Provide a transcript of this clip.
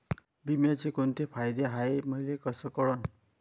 बिम्याचे कुंते फायदे हाय मले कस कळन?